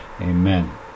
Amen